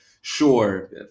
Sure